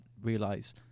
realize